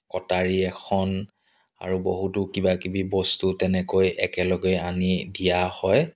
কটাৰী এখন আৰু বহুতো কিবাকিবি বস্তু তেনেকৈ একেলগে আনি দিয়া হয়